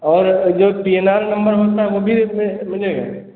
और जो P N R number होता है वह भी इसमें मिलेगा